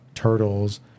turtles